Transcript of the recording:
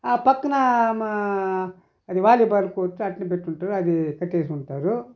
ఆ పక్కన మా అది వాలీబాల్ కోచ్ అట్నేపెట్టుంటారు అది కట్టేసుంటారు